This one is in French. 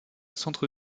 centre